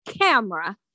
Camera